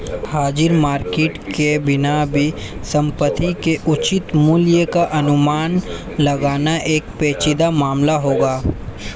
हाजिर मार्केट के बिना भी संपत्ति के उचित मूल्य का अनुमान लगाना एक पेचीदा मामला होगा